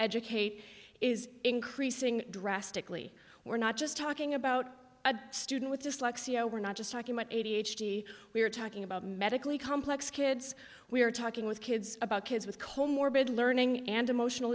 educate is increasing drastically we're not just talking about a student with dyslexia we're not just talking about a g we're talking about medically complex kids we're talking with kids about kids with co morbid learning and emotional